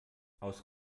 aus